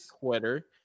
Twitter